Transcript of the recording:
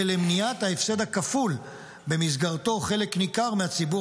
ולמניעת ההפסד הכפול במסגרתו חלק ניכר מהציבור